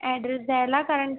address द्यायला कारण